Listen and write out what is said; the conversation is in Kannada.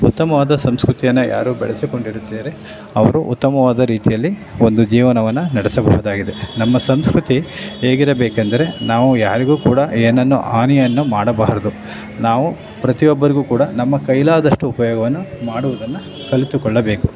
ಉತ್ತಮವಾದ ಸಂಸ್ಕೃತಿಯನ್ನು ಯಾರು ಬೆಳೆಸಿಕೊಂಡಿರುತ್ತಾರೆ ಅವರು ಉತ್ತಮವಾದ ರೀತಿಯಲ್ಲಿ ಒಂದು ಜೀವನವನ್ನು ನಡೆಸಬಹುದಾಗಿದೆ ನಮ್ಮ ಸಂಸ್ಕೃತಿ ಹೇಗಿರಬೇಕೆಂದರೆ ನಾವು ಯಾರಿಗೂ ಕೂಡ ಏನನ್ನು ಹಾನಿಯನ್ನು ಮಾಡಬಾರದು ನಾವು ಪ್ರತಿಯೊಬ್ಬರಿಗೂ ಕೂಡ ನಮ್ಮ ಕೈಲಾದಷ್ಟು ಉಪಯೋಗವನ್ನು ಮಾಡುವುದನ್ನು ಕಲಿತುಕೊಳ್ಳಬೇಕು